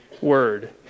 word